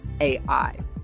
AI